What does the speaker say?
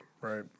right